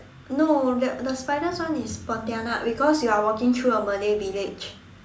no the the spiders one is pontianak because you're walking through a Malay village